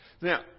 Now